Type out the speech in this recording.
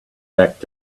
back